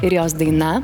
ir jos daina